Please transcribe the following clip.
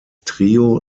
trio